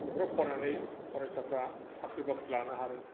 बेफोराव फरायनानै फरायसाफ्रा साख्रि बाख्रि लानो हादों